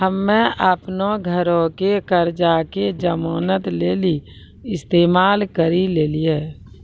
हम्मे अपनो घरो के कर्जा के जमानत लेली इस्तेमाल करि लेलियै